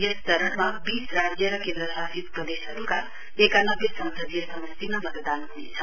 यस चरणमा वीस राज्य र केन्द्रशासित प्रदेशहरुका एकानव्बे संसदीय समस्टिमा मतदान हुनेछ